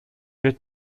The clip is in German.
wird